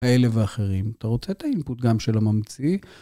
כאלה ואחרים, אתה רוצה את האינפוט גם של הממציא